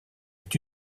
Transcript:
est